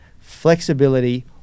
flexibility